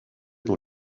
dans